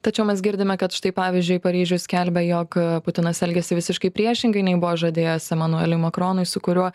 tačiau mes girdime kad štai pavyzdžiui paryžius skelbia jog putinas elgiasi visiškai priešingai nei buvo žadėjęs emanueliui makronui su kuriuo